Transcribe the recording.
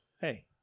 Hey